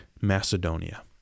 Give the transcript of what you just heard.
Macedonia